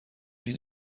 این